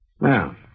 Now